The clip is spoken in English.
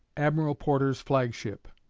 admiral porter's flagship.